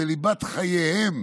בליבת חייהם